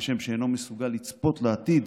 כשם שאינו מסוגל לצפות לעתיד.